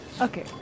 Okay